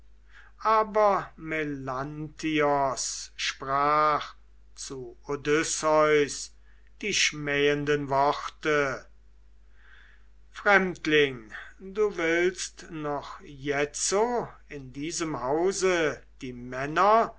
aber melanthios sprach zu odysseus die schmähenden worte fremdling du willst noch jetzo in diesem hause die männer